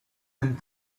and